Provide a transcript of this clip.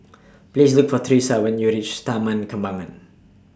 Please Look For Tresa when YOU REACH Taman Kembangan